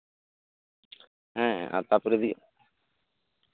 ᱦᱮᱸ ᱛᱟᱨᱯᱚᱨᱮ ᱡᱚᱫᱤ